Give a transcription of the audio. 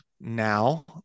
now